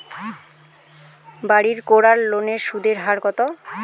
বাড়ির করার লোনের সুদের হার কত?